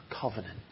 covenant